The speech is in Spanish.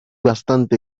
bastante